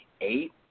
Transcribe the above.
eight